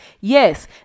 yes